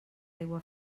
aigua